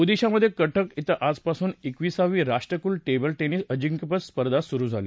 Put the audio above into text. ओदिशामध्ये कटक इं आजपासून एकविसावी राष्ट्रकुल टेबल टेनिस अजिंक्यपद स्पर्धा सुरु झाली